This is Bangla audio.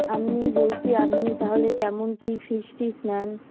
আমি বলছি আপনি তাহলে কেমন কী ফিস টিস নেন